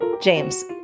James